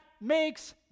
makes